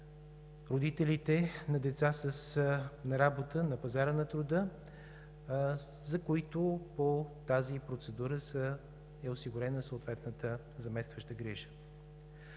родителите на работа, на пазара на труда, за които по тази процедура е осигурена съответната заместваща грижа.